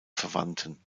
verwandten